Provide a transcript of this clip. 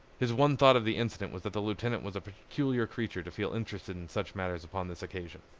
his one thought of the incident was that the lieutenant was a peculiar creature to feel interested in such matters upon this occasion.